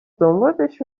دنبالش